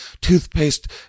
toothpaste